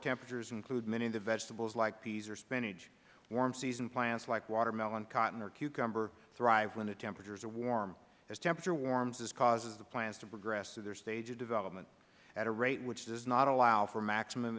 temperatures include many of the vegetables like peas or spinach warm season plants like watermelon cotton or cucumber thrive when the temperatures are warm as temperature warms this causes the plants to progress to their stage of development at a rate which does not allow for maximum